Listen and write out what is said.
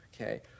Okay